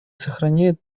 сохраняет